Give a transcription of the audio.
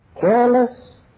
Careless